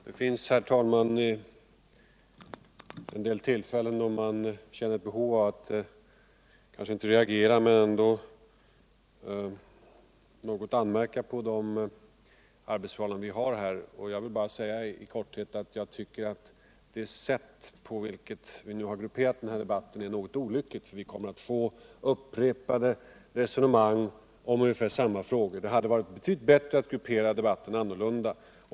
Herr talman! Det finns en del tillfällen då man känner behov av att om inte reagera så dock något unmärka på de arbetsförhållanden som vi här har. I korthet vill jag säga att det sätt på vilket vi nu grupperat den här debatten är något olyckligt: vi kommer att få föra upprepade resonemang om ungefär samma frågor. Det hade varit betydligt bättre att gruppera debatten annorlunda.